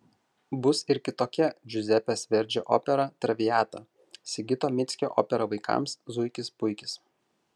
bus ir kitokia džiuzepės verdžio opera traviata sigito mickio opera vaikams zuikis puikis